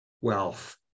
wealth